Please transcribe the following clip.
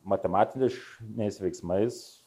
matematiniais veiksmais